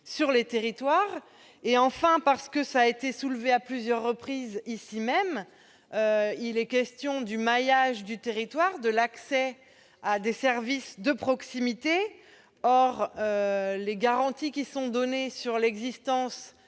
réelles difficultés. Enfin, cela a été soulevé à plusieurs reprises, il est ici question du maillage du territoire et de l'accès à des services de proximité. Or les garanties qui sont données sur l'existence